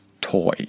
toy